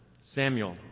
Samuel